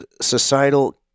societal